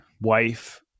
wife